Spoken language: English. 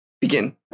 begin